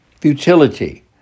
futility